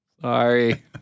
sorry